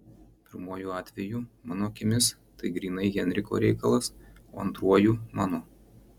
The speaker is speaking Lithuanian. pirmuoju atveju mano akimis tai grynai henriko reikalas o antruoju mano